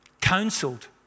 counseled